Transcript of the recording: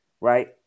right